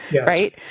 right